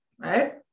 right